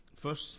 First